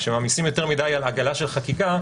כשמעמיסים יותר מדי על עגלה של חקיקה,